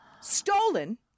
stolen